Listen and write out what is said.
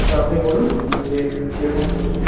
তা আপনি বলুন যে কিরকম করবেন